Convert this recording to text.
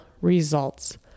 results